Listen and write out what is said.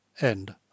End